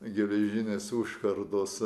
geležinės užkardos